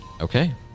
Okay